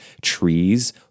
trees